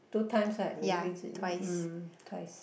two times right we visit you mm twice